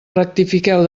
rectifiqueu